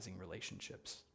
relationships